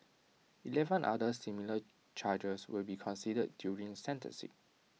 Eleven other similar charges will be considered during sentencing